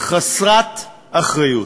חסרת אחריות.